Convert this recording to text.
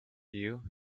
you